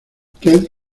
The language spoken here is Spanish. usted